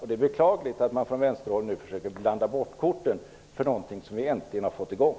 Det är beklagligt att man nu från vänsterhåll försöker att blanda bort korten när det gäller något som vi egentligen redan har fått i gång.